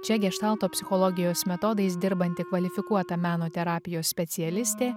čia geštalto psichologijos metodais dirbanti kvalifikuota meno terapijos specialistė